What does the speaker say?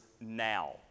now